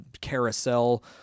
carousel